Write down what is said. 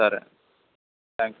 సరే thank you